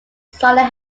sonic